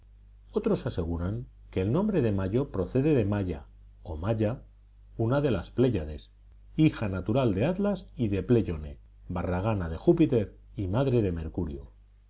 otros aseguran que el nombre de mayo proviene de maia o maya una de las pléyades hija natural de atlas y de pleyone barragana de júpiter y madre de mercurio